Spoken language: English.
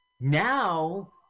now